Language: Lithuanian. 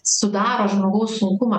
sudaro žmogaus sunkumą